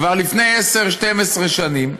כבר לפני 10, 12 שנים,